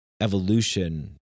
evolution